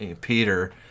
Peter